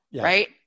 right